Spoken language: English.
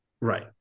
Right